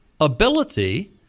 ability